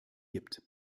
gibt